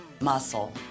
muscle